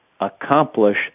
accomplish